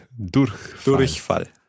Durchfall